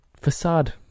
facade